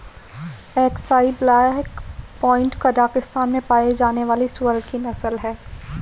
Aksai black pied Kazakhstan में पाया जाने वाली सूअर की नस्ल है